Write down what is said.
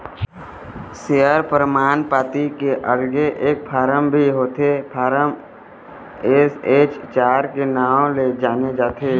share परमान पाती के अलगे एक फारम भी होथे फारम एस.एच चार के नांव ले जाने जाथे